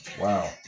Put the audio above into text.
Wow